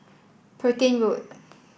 Petain Road